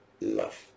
love